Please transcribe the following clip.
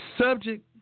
subject